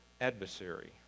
adversary